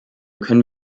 können